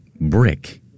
brick